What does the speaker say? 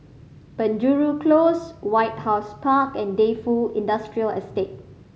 Penjuru Close White House Park and Defu Industrial Estate